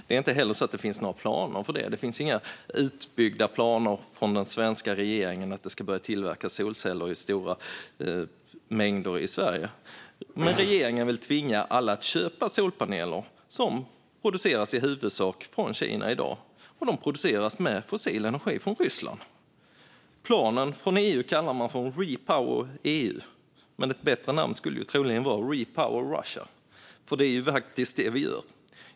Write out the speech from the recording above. Det är inte heller så att det finns några planer för detta - det finns inga utbyggda planer från den svenska regeringen på att det ska börja tillverkas solceller i stora mängder i Sverige. Regeringen vill dock tvinga alla att köpa solpaneler som i huvudsak produceras i Kina i dag, och de produceras med hjälp av fossil energi från Ryssland. Från EU-håll kallar man planen REPowerEU, men ett bättre namn skulle troligen vara REPowerRussia, för det är ju faktiskt det vi gör.